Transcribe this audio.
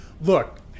look